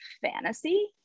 fantasy